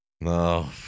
No